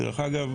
דרך אגב,